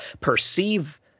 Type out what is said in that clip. perceive